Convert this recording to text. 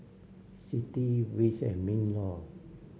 CITI wits and MinLaw